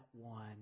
one